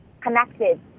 connected